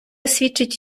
свідчить